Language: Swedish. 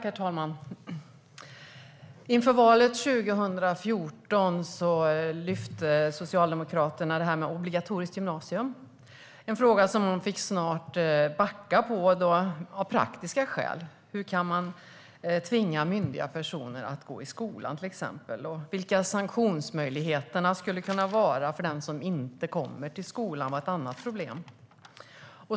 Herr talman! Inför valet 2014 lyfte Socialdemokraterna frågan om obligatoriskt gymnasium. De fick dock snart backa av praktiska skäl. Hur skulle man kunna tvinga myndiga personer att gå i skolan, och vilka skulle sanktionsmöjligheterna vara för den som inte gick till skolan?